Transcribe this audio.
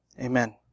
Amen